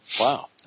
Wow